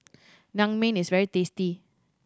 naengmyeon is very tasty